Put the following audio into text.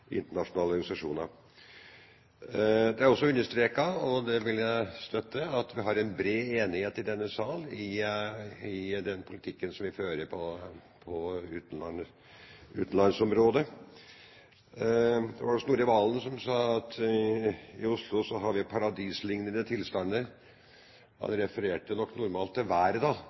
internasjonale organisasjoner. Det er også understreket, og det vil jeg støtte, at det er bred enighet i denne salen om den politikken vi fører på utenriksområdet. Det var Snorre Serigstad Valen som sa at i Oslo har vi «paradisliknende» tilstander – han refererte til været da,